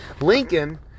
Lincoln